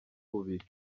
bubiri